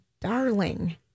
darling